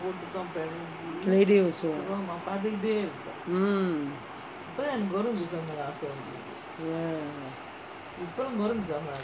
keledek also mm oh